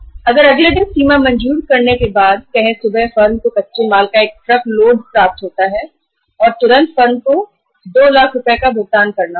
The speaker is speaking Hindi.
अगर अगले दिन सुबह या सीमा मंज़ूर करने के बाद फर्म को कच्चे माल का एक ट्रक लोड होता है तो फर्म को तुरंत 2 लाख रुपए का भुगतान करना होगा